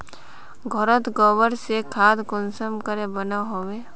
घोरोत गबर से खाद कुंसम के बनो होबे?